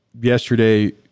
yesterday